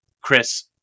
chris